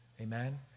Amen